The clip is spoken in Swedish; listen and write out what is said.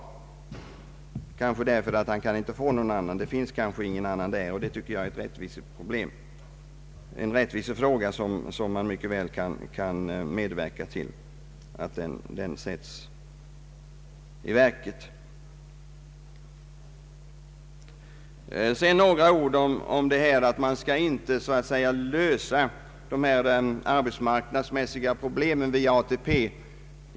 I vissa fall finns det kanske inte tillgång till annat än äldre arbetskraft, och jag anser att man på det här sättet mycket väl kan medverka till att lösa en rättvisefråga. Sedan några ord om att man inte skall försöka klara arbetsmarknadsmässiga problem via ATP.